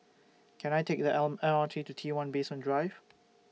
Can I Take The Arm M R T to T one Basement Drive